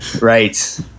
Right